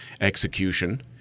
execution